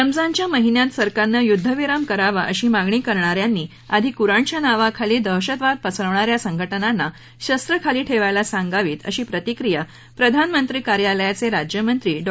रमजानच्या महिन्यात सरकारनं युद्धविराम करावा अशी मागणी करणाऱ्यांनी आधी कुराणच्या नावाखाली दहशतवाद पसरवणाऱ्या संघटनांना शस्त्र खाली ठेवायला सांगावीत अशी प्रतिक्रिया प्रधानमंत्री कार्यालयाचे राज्यमंत्री डॉ